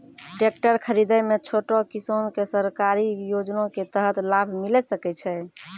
Tractor खरीदै मे छोटो किसान के सरकारी योजना के तहत लाभ मिलै सकै छै?